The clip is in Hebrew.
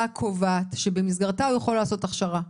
הקובעת שבמסגרתה הוא יכול לעשות הכשרה.